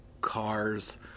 cars